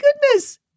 goodness